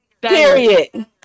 Period